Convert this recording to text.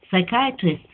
psychiatrist